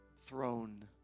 throne